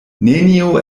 nenio